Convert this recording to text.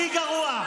הכי גרוע.